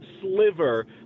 sliver